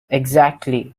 exactly